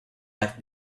like